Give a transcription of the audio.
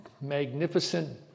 magnificent